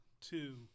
two